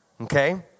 Okay